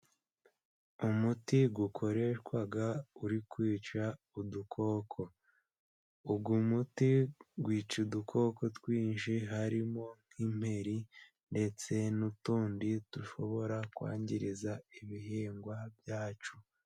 Umuti ukoreshwa uri kwica udukoko. Uyu muti wica udukoko twinshi harimo nk'imperi, ndetse n'utundi dushobora kwangiza ibihingwa byacu.